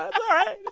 i